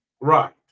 Right